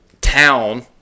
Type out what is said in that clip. town